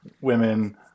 women